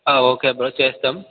okay bro చేస్తాం